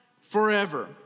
forever